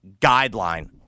guideline